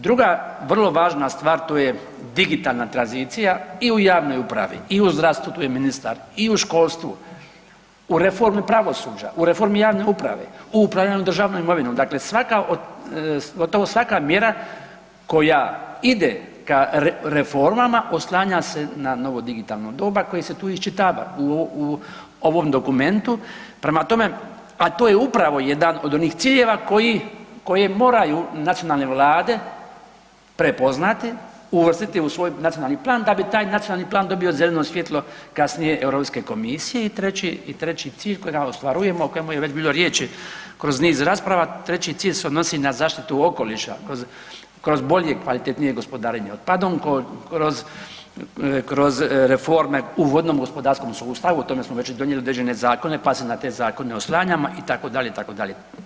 Druga vrlo važna stvar, to je digitalna tranzicija i u javnoj upravi, i u zdravstvu, tu je ministar, i u školstvu, u reformi pravosuđa, u reformi javne uprave, u upravljanju državnom imovinom, dakle svaka od, gotovo svaka mjera koja ide ka reformama, oslanja se na novo digitalno doba koje se tu iščitava u ovom dokumentu, prema tome a to je upravo jedan od onih ciljeva koje moraju nacionalne vlade prepoznati, uvrstiti u svoj nacionalni plan da bi taj nacionalni plan dobio zeleno svjetlo kasnije Europske komisije i treći cilj kojega ostvarujemo, o kojemu je već bilo riječi kroz niz rasprava, treći cilj se odnosi na zaštitu okoliša kroz bolje i kvalitetnije gospodarenje, pa kroz reforme u vodnom gospodarskom sustavu, o tome smo već i donijeli određene zakone, pa se na te zakone oslanjamo itd., itd.